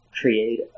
create